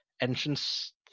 entrance